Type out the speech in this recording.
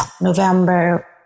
November